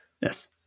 Yes